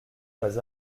pas